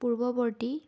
পূৰ্ৱবৰ্তী